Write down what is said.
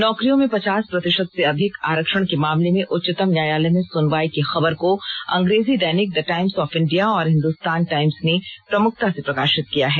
नौकरियों में पचास प्रतिशत से अधिक आरक्षण के मामले में उच्चतम न्यायालय में सुनवाई की खबर को अंग्रेजी दैनिक द टाइम्स ऑफ इंडिया और हिन्दुस्तान टाइम्स ने प्रमुखता से प्रकाशित किया है